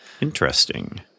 Interesting